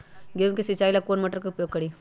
गेंहू के सिंचाई ला कौन मोटर उपयोग करी?